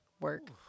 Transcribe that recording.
work